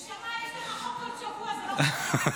נשמה, יש לך חוק כל שבוע, זו לא חוכמה.